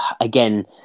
again